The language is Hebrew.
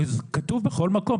כתוב בכל מקום,